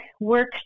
work